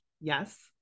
yes